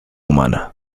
humana